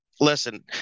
Listen